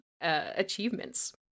achievements